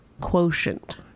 quotient